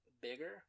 bigger